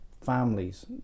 families